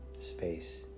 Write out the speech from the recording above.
space